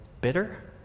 bitter